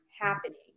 happening